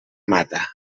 mata